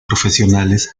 profesionales